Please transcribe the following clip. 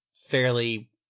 fairly